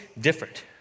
different